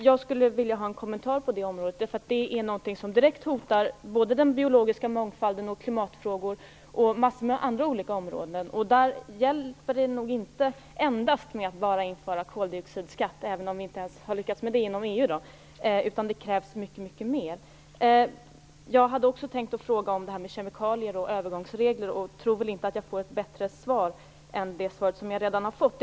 Jag skulle vilja ha en kommentar på det området, därför att det här är något som direkt hotar såväl den biologiska mångfalden och klimatfrågorna som en mängd olika andra områden. Där hjälper det nog inte att endast införa koldioxidskatt - det har ju inte lyckats ens inom EU - utan det krävs mycket mera. Jag hade också tänkt fråga om det här med kemikalier och övergångsregler. I och för sig tror jag väl inte att jag kan få ett svar som är bättre än det jag redan har fått.